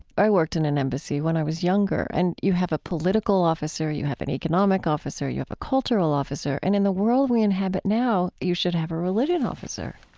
i worked in an embassy when i was younger. and you have a political officer, you have an economic officer, you have a cultural officer. and in the world we inhabit now, you should have a religion officer